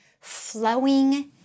flowing